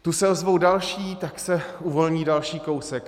Tu se ozvou další, tak se uvolní další kousek.